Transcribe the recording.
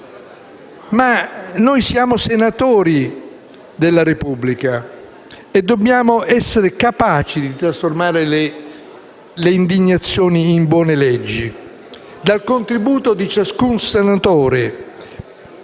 Ma noi siamo senatori della Repubblica e dobbiamo essere capaci di trasformare le indignazioni in buone leggi. Dal contributo di ciascun senatore,